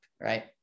right